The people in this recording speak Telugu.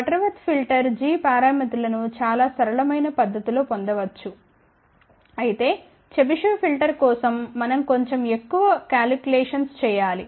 బటర్వర్త్ ఫిల్టర్ g పారామితులను చాలా సరళమైన పద్ధతి లో పొందవచ్చు అయితే చెబిషెవ్ ఫిల్టర్ కోసం మనం కొంచెం ఎక్కువ క్యాల్కులేషన్స్ చేయాలి